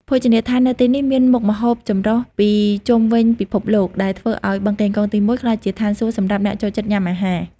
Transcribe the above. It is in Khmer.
ភោជនីយដ្ឋាននៅទីនេះមានមុខម្ហូបចម្រុះពីជុំវិញពិភពលោក ដែលធ្វើឱ្យ បឹងកេងកងទី១ ក្លាយជាឋានសួគ៌សម្រាប់អ្នកចូលចិត្តញ៉ាំអាហារ។